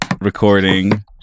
recording